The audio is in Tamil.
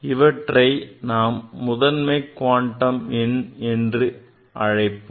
இவற்றை நாம் முதன்மைக் குவாண்டம் எண் என்று அழைப்போம்